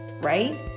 right